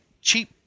cheap